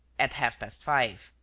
at half-past five.